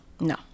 No